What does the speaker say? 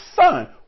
son